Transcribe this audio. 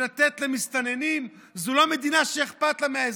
לתת למסתננים היא לא מדינה שאכפת לה מהאזרחים,